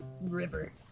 river